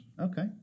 Okay